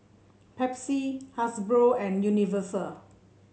Pepsi Hasbro and Universal